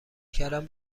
کردن